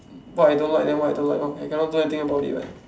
what I don't like then what I don't like lor I cannot do anything about it [what]